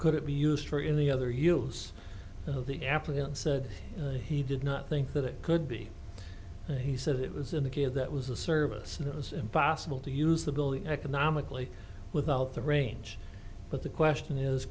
could it be used for in the other use of the applicant said he did not think that it could be and he said it was in the care that was a service and it was impossible to use the building economically without the range but the question is